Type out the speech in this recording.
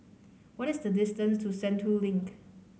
what is the distance to Sentul Link